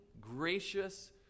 gracious